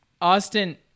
Austin